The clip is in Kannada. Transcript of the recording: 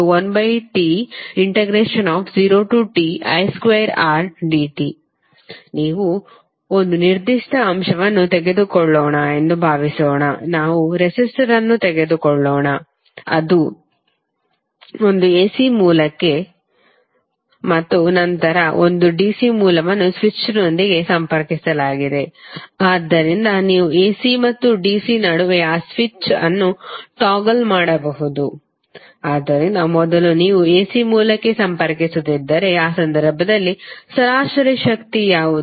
P1T0Ti2Rdt ನೀವು ಒಂದು ನಿರ್ದಿಷ್ಟ ಅಂಶವನ್ನು ತೆಗೆದುಕೊಳ್ಳೋಣ ಎಂದು ಭಾವಿಸೋಣ ನಾವು ರೆಸಿಸ್ಟರ್ ಅನ್ನು ತೆಗೆದುಕೊಳ್ಳೋಣ ಮತ್ತು ಅದು ಒಂದು ಎಸಿ ಮೂಲಕ್ಕೆ ಮತ್ತು ನಂತರ ಒಂದು ಡಿಸಿ ಮೂಲವನ್ನು ಸ್ವಿಚ್ನೊಂದಿಗೆ ಸಂಪರ್ಕಿಸಲಾಗಿದೆ ಆದ್ದರಿಂದ ನೀವು ಎಸಿ ಮತ್ತು ಡಿಸಿ ನಡುವೆ ಆ ಸ್ವಿಚ್ ಅನ್ನು ಟಾಗಲ್ ಮಾಡಬಹುದು ಆದ್ದರಿಂದ ಮೊದಲು ನೀವು ಎಸಿ ಮೂಲಕ್ಕೆ ಸಂಪರ್ಕಿಸುತ್ತಿದ್ದರೆ ಆ ಸಂದರ್ಭದಲ್ಲಿ ಸರಾಸರಿ ಶಕ್ತಿ ಯಾವುದು